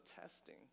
testing